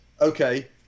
Okay